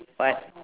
what